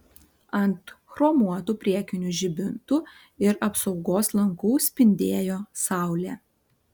ant chromuotų priekinių žibintų ir apsaugos lankų spindėjo saulė